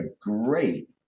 great